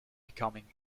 becoming